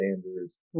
standards